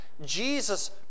Jesus